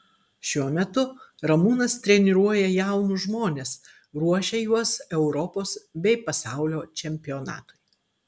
šiuo metu ramūnas treniruoja jaunus žmones ruošia juos europos bei pasaulio čempionatui